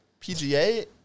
PGA